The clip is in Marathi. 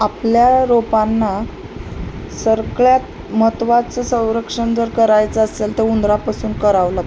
आपल्या रोपांना सगळ्यात महत्त्वाचं संरक्षण जर करायचं असेल तर उंदरापासून करावं लागतं